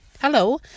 Hello